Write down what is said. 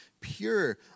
pure